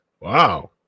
Wow